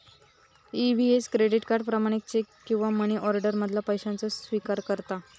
EVS credit card, प्रमाणित cheque किंवा money order मधना पैशाचो स्विकार करता